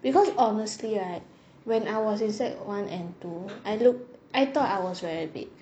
because honestly right when I was in sec one and two I look I thought I was very big